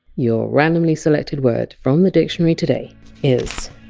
your randomly selected word from the dictionary today is.